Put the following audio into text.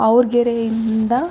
ಅವರ್ಗೆರೆಯಿಂದ